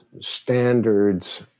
standards